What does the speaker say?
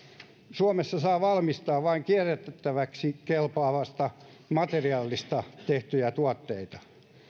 suomessa saa valmistaa vain kierrätettäväksi kelpaavasta materiaalista tehtyjä tuotteita